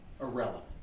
irrelevant